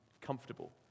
comfortable